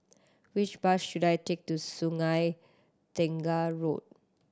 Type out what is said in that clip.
which bus should I take to Sungei Tengah Road